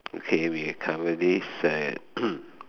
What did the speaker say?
okay we cover this uh